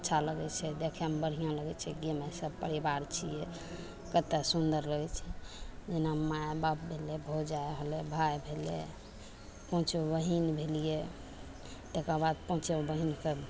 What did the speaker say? अच्छा लागै छै देखैमे बढ़िआँ लागै छै कि एहिमे सब परिवार छिए कतेक सुन्दर लागै छै जेना माइ बाप भेलै भौजाइ होलै भाइ भेलै पाँचो बहिन भेलिए तकर बाद पाँचो बहिनके